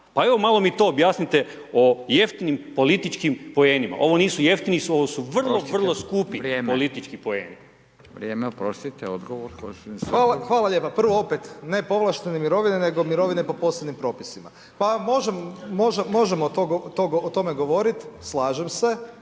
Pa evo, malo mi to objasnite o jeftinim političkim poenima. Ovo nisu jeftini, ovu su vrlo vrlo skupi politički poeni. **Radin, Furio (Nezavisni)** Vrijeme, oprasite, odgovor. **Sokol, Tomislav (HDZ)** Hvala lijepo. Prvo, opet, nepovlaštene mirovine, nego mirovine po posebnim propisima. Pa možemo o tome govoriti, slažem se,